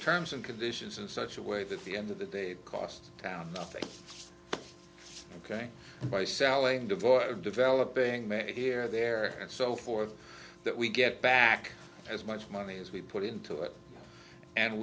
terms and conditions in such a way that the end of the day costs down ok by selling devoid of developing here there and so forth that we get back as much money as we put into it and